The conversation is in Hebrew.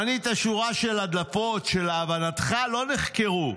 מנית שורה של הדלפות שלהבנתך לא נחקרו.